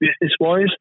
business-wise